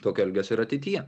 tokio elgesio ir ateityje